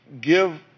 give